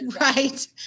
Right